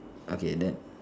okay then